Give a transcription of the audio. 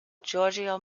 giorgio